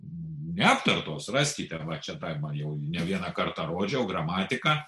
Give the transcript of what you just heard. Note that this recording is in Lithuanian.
neaptartos raskite va čia man jau ne vieną kartą rodžiau gramatiką